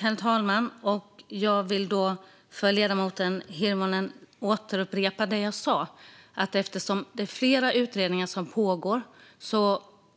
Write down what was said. Herr talman! Jag vill upprepa det jag sa för ledamoten Hirvonen: Eftersom flera utredningar pågår